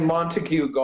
Montague